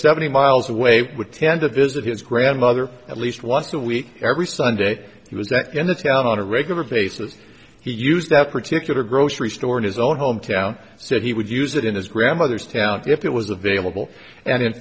seventy miles away would tend to visit his grandmother at least once a week every sunday he was that in the town on a regular basis he used that particular grocery store in his own hometown so he would use it in his grandmother's town if it was available and in